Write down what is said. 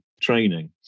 training